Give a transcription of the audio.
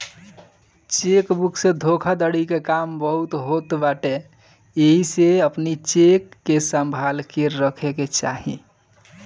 check book से धोखाधड़ी के काम बहुते होत बाटे एही से अपनी चेकबुक के संभाल के रखे के चाही